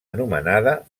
anomenada